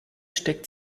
steckt